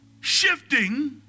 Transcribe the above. Shifting